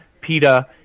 PETA